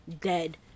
Dead